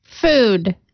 Food